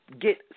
get